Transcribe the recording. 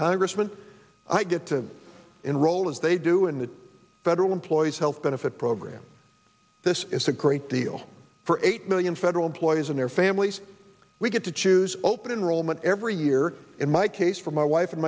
congressman i get to enroll as they do in the federal employees health benefit program this is a great deal for eight million federal employees and their families we get to choose open enrollment every year in my case for my wife and